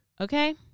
Okay